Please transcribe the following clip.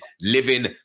living